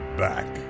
back